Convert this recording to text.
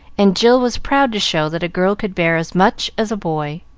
and jill was proud to show that a girl could bear as much as a boy.